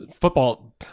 football